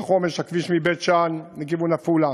החומש: הכביש מבית-שאן לכיוון עפולה,